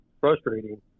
frustrating